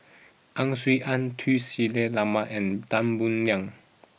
Ang Swee Aun Tun Sri Lanang and Tan Boo Liat